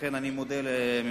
לכן, אני מודה לממשלה.